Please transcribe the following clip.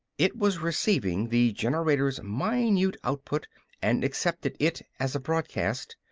it was receiving the generator's minute output and accepted it as a broadcast.